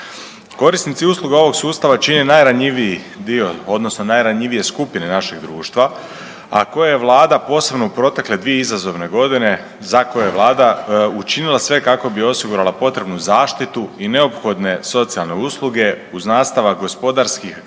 Korisnici usluga ovog sustava čine najranjiviji dio odnosno najranjivije skupine našeg društva, a koje vlada posebno u protekle 2 izazovne godine za koje je vlada učinila sve kako bi osigurala potrebnu zaštitu i neophodne socijalne usluge uz nastavak gospodarskih